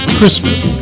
Christmas